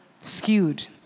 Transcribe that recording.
skewed